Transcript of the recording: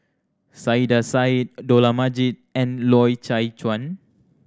Saiedah Said Dollah Majid and Loy Chye Chuan